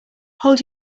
hold